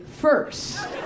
first